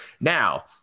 now